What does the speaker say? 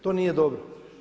To nije dobro.